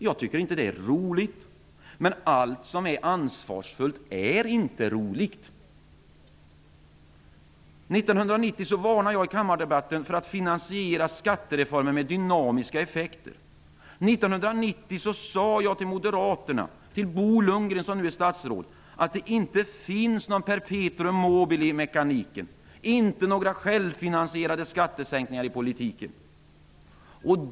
Jag tycker inte att det är roligt. Men allt som är ansvarsfullt är inte roligt. 1990 varnade jag i kammardebatten för en finansiering av skattereformen med dynamiska effekter. 1990 sade jag till Moderaterna och Bo Lundgren, som nu är statsråd, att det inte finns något perpetuum mobile i mekaniken och inte heller några självfinansierade skattesänkningar i politiken.